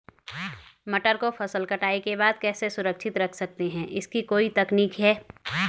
मटर को फसल कटाई के बाद कैसे सुरक्षित रख सकते हैं इसकी कोई तकनीक है?